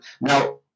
Now